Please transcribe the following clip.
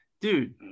Dude